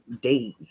days